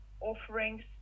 offerings